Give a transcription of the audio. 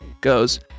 goes